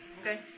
Okay